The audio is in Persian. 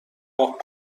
پاک